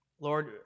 Lord